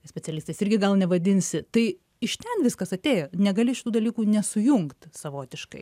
specialistais irgi gal nevadinsi tai iš ten viskas atėjo negali iš tų dalykų nesujungt savotiškai